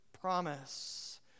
promise